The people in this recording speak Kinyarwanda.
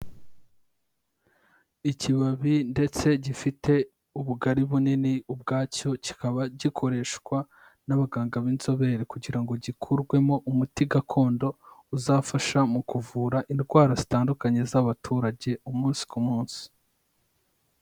Ikibabi ndetse gifite ubugari bu nini ubwacyo kikaba gikoreshwa n'abaganga b'inzobere kugira ngo gikurwemo umuti gakondo uzafasha mu kuvura indwara zitandukanye z'abaturage umunsi ku munsi.